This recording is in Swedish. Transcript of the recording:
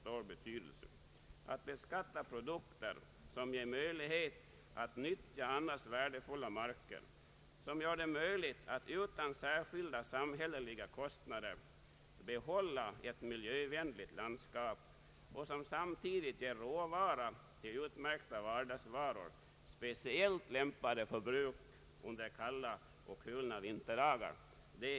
Det är enligt min mening ett utslag av ovist nit att särskilt beskatta produkter som ger möjlighet att nyttja annars värdelösa marker, vilka gör det möjligt att utan särskilda samhälleliga kostnader bevara ett miljövänligt landskap och som samtidigt ger råvara till utmärkta vardagsvaror, speciellt lämpade för bruk under kalla och kulna vinterdagar.